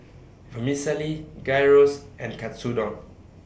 Vermicelli Gyros and Katsudon